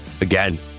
again